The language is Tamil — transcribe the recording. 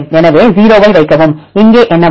எனவே 0 ஐ வைக்கவும் இங்கே என்ன வரும்